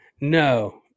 no